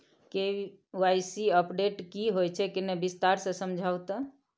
KYC update की होय छै किन्ने विस्तार से समझाऊ ते?